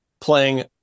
playing